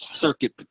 circuit